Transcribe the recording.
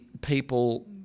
people